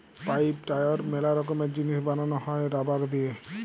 pipe, tyre ম্যালা রকমের জিনিস বানানো হ্যয় রাবার দিয়ে